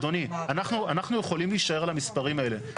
אדוני, אנחנו יכולים להישאר על המספרים האלה.